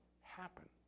happen